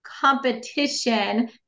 competition